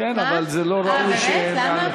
כן, אבל זה לא ראוי, כן?